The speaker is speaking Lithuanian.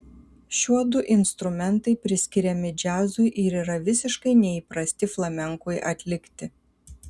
šiuodu instrumentai priskiriami džiazui ir yra visiškai neįprasti flamenkui atlikti